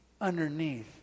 underneath